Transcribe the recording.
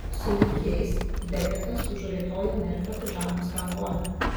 sulig jais beketas užraitojo merfio pižamos rankovę